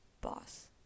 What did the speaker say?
boss